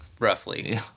Roughly